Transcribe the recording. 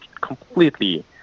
completely